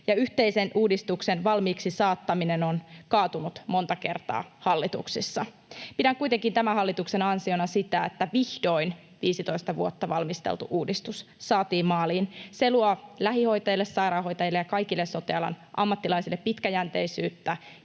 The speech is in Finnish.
yhteisen uudistuksen valmiiksi saattaminen on kaatunut monta kertaa hallituksissa. Pidän kuitenkin tämän hallituksen ansiona sitä, että 15 vuotta valmisteltu uudistus vihdoin saatiin maaliin. Se luo lähihoitajille, sairaanhoitajille ja kaikille sote-alan ammattilaisille pitkäjänteisyyttä